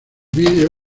vídeo